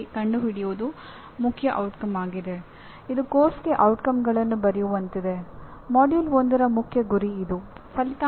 ಈ ಮಾನದಂಡಗಳನ್ನು ಸಾಮಾನ್ಯವಾಗಿ ಸರ್ಕಾರದ ಏಜೆನ್ಸಿ ವ್ಯಾಖ್ಯಾನಿಸುತ್ತದೆ